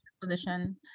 position